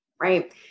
Right